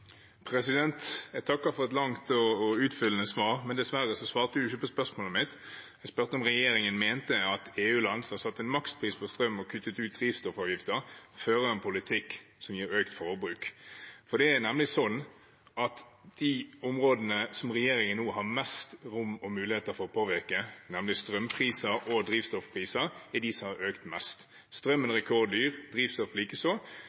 Jeg takker for et langt og utfyllende svar, men dessverre svarte ikke statsråden på spørsmålet mitt. Jeg spurte om regjeringen mente at EU-land som har satt en makspris på strøm og kuttet ut drivstoffavgifter, fører en politikk som gir økt forbruk. Det er nemlig slik at de områdene der regjeringen nå har mest rom og mulighet for å påvirke, nemlig strømpriser og drivstoffpriser, er de som har økt mest. Strømmen